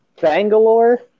bangalore